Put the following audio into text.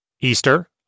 Easter